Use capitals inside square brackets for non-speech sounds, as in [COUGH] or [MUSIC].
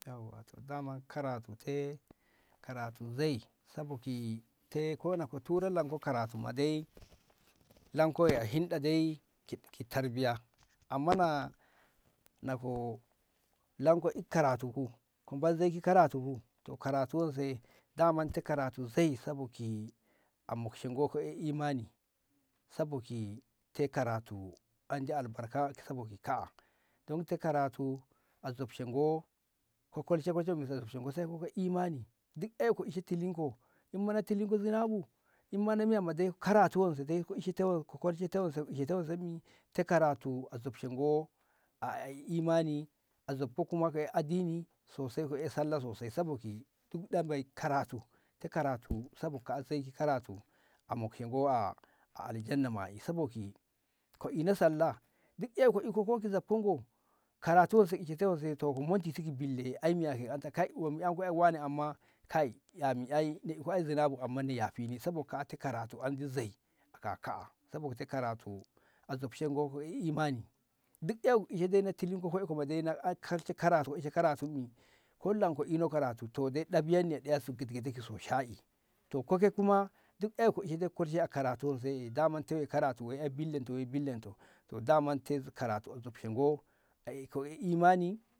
yau wa to dama karatu te karati zei saboki te na nanko karatu de [NOISE] lanko la inɗa de ki tarbiya amma na lanko ikko in karatu ko ku nbazzagi karatu ko to karatu wan zei dama to karatu zei isa bo ki a mokshi ngoko e imani saboki te karatu andi albarka saboki ka dom ta karatu a zobshe ngo ko kolshe ko bu nzoshe ke ko imani duk eh ko ishi tilinko imana tilino zinabu imma na miya mai kara atuwandu dai ko ishi ta wai ko kolshe zi to wazommi te karatu a zonshe ngo a ai imani a zobko kuma kayi addini so sai ko sallah so sai saboki hiɗa bai karatu te karatu saboki an saiki karatu a moshe ngo a'a a aljanna ma'e saboki ko ina salla duk eko ina ko ki zabko ngo karatu wa se i su ta wo sai to momontiti ki bille ai miya he anta kai mu hanko ai wane amma kai ammi ai ku ai na iko an zina bu amma dai na yafebi saboki kati karatu andi zei ka'aka saboti karatu zobshe ngoko eh mani du'e enemani tilinko koi ko bajenak ak kak- kaishe karatume hullɗanka ina karatu de ɗaf ne ɗaya sugdi ki te gide ke so shayi to ko ke kuma duk ek ishe dai kolshe karatu zei damma karatu wa bille to billento to damman karatu nzoshe ngo a eko e imani